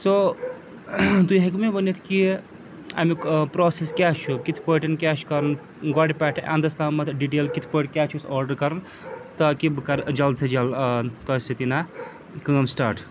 سو تُہۍ ہیٚکوٕ مےٚ ؤنِتھ کہِ اَمیُک پرٛوٚسٮ۪س کیٛاہ چھُ کِتھ پٲٹھۍ کیٛاہ چھِ کَرُن گۄڈٕ پٮ۪ٹھ انٛدَس تامَتھ ڈِٹیل کِتھ پٲٹھۍ کیٛاہ چھُ اَسہِ آرڈَر کَرُن تاکہِ بہٕ کَرٕ جلد سے جلد تۄہہِ سۭتۍ یہِ نہ کٲم سِٹاٹ